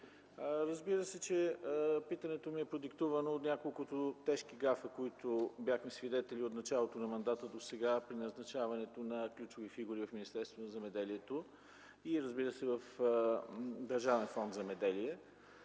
Разбира се, че питането ми е продиктувано от няколкото тежки гафа, на които бяхме свидетели от началото на мандата досега при назначаването на ключови фигури в Министерството на земеделието